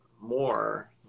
more